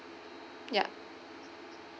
ya